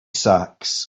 sacks